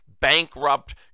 bankrupt